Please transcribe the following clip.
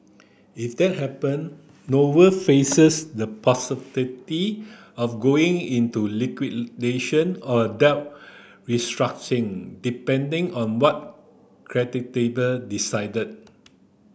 if that happen Noble faces the possibility of going into liquidation or a debt restructuring depending on what decide